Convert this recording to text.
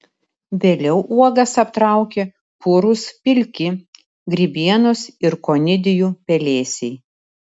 vėliau uogas aptraukia purūs pilki grybienos ir konidijų pelėsiai